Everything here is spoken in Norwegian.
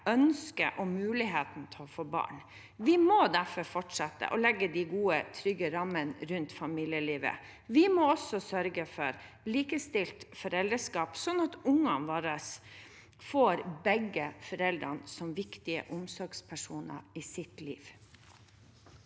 ønsket om og muligheten til å få barn. Vi må derfor fortsette å legge de gode, trygge rammene rundt familielivet. Vi må også sørge for likestilt foreldreskap, sånn at ungene våre får begge foreldrene som viktige omsorgspersoner i sitt liv.